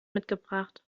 mitgebracht